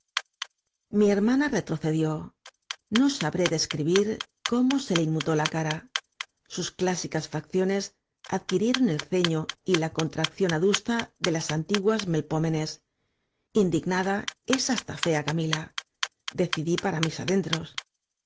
mi hermana retrocedió no sabré describir cómo se le inmutó la cara sus clásicas facciones adquirieron el ceño y la contracción adusta de las antiguas melpómenes indignada es hasta fea camila decidí para mis adentros